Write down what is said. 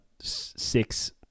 six